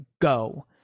go